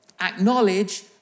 acknowledge